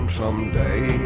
someday